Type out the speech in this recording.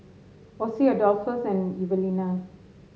Ossie Adolphus and Evelena